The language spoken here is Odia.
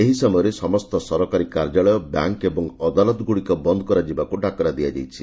ଏହି ସମୟରେ ସମସ୍ତ ସରକାରୀ କାର୍ଯ୍ୟାଳୟ ବ୍ୟାଙ୍କ୍ ଏବଂ ଅଦାଲତଗୁଡ଼ିକ ବନ୍ଦ କରାଯିବାକୁ ଡାକରା ଦିଆଯାଇଛି